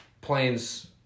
planes